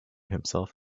himself